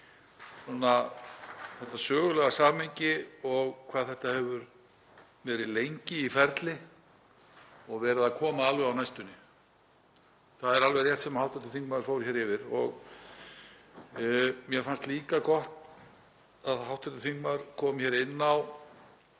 þetta sögulega samhengi og hvað þetta hefur verið lengi í ferli og verið að koma alveg á næstunni. Það er alveg rétt sem hv. þingmaður fór hér yfir. Mér fannst líka gott að hv. þingmaður kom inn á